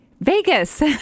vegas